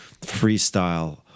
freestyle